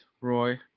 Roy